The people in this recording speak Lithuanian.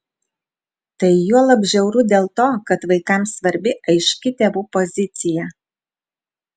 tai juolab žiauru dėl to kad vaikams svarbi aiški tėvų pozicija